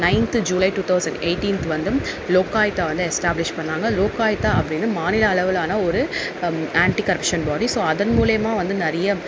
ninth July two thousand eighteenth வந்து லோகாயித்தா வந்து establish பண்ணிணாங்க லோகாயித்தா அப்படின்னு மாநில அளவிலான ஒரு ஆன்டி கரப்ஷன் பாடி ஸோ அதன் மூலயமா வந்து நிறைய